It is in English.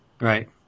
Right